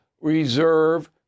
reserve